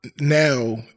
now